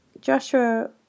Joshua